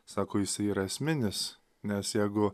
sako jisai yra esminis nes jeigu